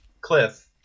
Cliff